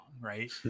right